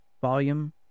Volume